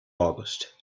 august